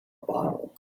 bottle